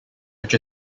which